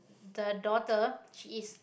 the daughter she is